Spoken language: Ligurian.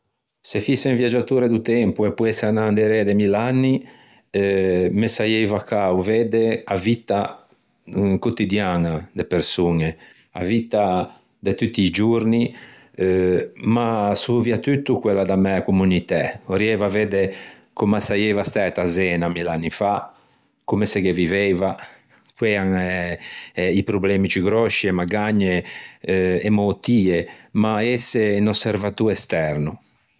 Se fïse un viaggiatore do tempo e poesse anâ inderê de mill'anni me saieiva cao vedde a vitta cotidiaña de persoñe, a vitta de tutti i giorni euh ma soviatutto quella da mæ communitæ, vorrieiva vedde comme a saieiva stæta Zena mill'anni fa, comme se ghe viveiva.